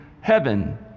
heaven